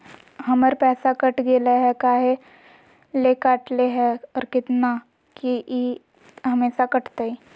हमर पैसा कट गेलै हैं, काहे ले काटले है और कितना, की ई हमेसा कटतय?